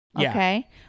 okay